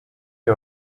you